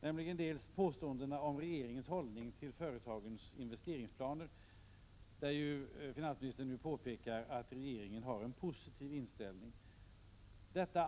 bl.a. påståendena om regeringens hållning till företagens investeringsplaner. På denna punkt påpekar nu finansministern att regeringen har en positiv inställning.